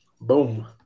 Boom